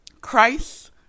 Christ